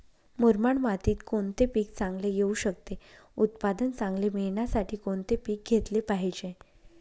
मुरमाड मातीत कोणते पीक चांगले येऊ शकते? उत्पादन चांगले मिळण्यासाठी कोणते पीक घेतले पाहिजे?